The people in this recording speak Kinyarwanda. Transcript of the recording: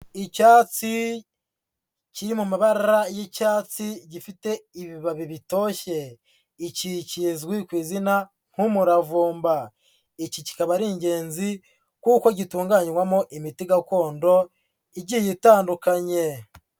Icyatsi kiri mu mabara y'icyatsi gifite ibibabi bitoshye, iki kizwi ku izina nk'umuravumba, iki kikaba ari ingenzi kuko gitunganywamo imiti gakondo igiye itandukanye.